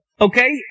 Okay